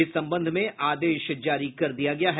इस संबंध में आदेश जारी कर दिया गया है